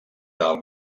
del